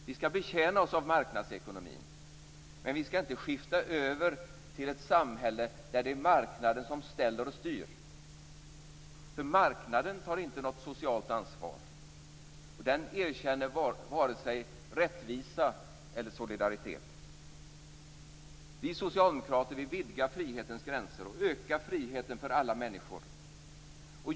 Vi skall betjäna oss av marknadsekonomin, men vi skall inte skifta över till ett samhälle där det är marknaden som ställer och styr. Marknaden tar inte något socialt ansvar, och den erkänner inte vare sig rättvisa eller solidaritet. Vi socialdemokrater vill vidga frihetens gränser och öka friheten för alla människor.